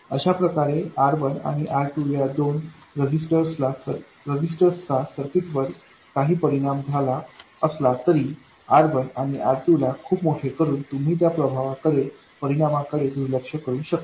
अशा प्रकारे R1आणि R2 या दोन रजिस्टर्स चा सर्किटवर काही परिणाम झाला असला तरी R1आणि R2ला खूप मोठे करून तुम्ही त्या प्रभावाकडे दुर्लक्ष करू शकता